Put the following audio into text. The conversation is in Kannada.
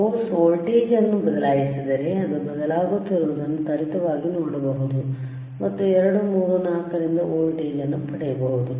ಕೋರ್ಸ್ ವೋಲ್ಟೇಜ್ ಅನ್ನು ಬದಲಾಯಿಸಿದರೆ ಅದು ಬದಲಾಗುತ್ತಿರುವುದನ್ನು ತ್ವರಿತವಾಗಿ ನೋಡಬಹುದು ಮತ್ತು 2 3 4 5 ರಿಂದ ವೋಲ್ಟೇಜ್ ಅನ್ನು ಪಡೆಯಬಹುದು